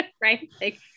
right